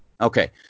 Okay